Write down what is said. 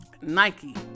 Nike